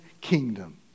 kingdom